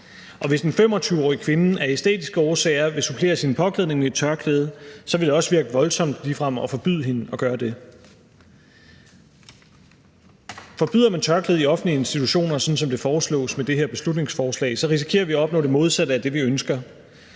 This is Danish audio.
Hvis en 25-årig kvinde af æstetiske årsager vil supplere sin påklædning med et tørklæde, vil det også virke voldsomt ligefrem at forbyde hende at gøre det. Forbyder man tørklæder i offentlige institutioner, sådan som det foreslås med det her beslutningsforslag, så risikerer vi at opnå det modsatte af det, vi ønsker,